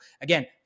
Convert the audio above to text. again